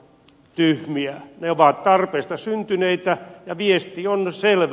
ne ovat tarpeista syntyneitä ja viesti on selvä